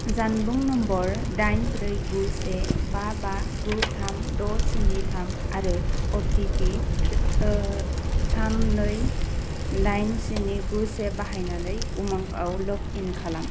जानबुं नम्बर दाइन ब्रै गु से बा बा गु थाम द' स्नि थाम आरो अ टि पि थाम नै दाइन स्नि गु से बाहायनानै उमंआव लगइन खालाम